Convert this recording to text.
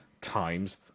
times